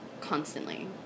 constantly